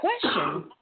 question